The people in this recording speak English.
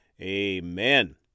Amen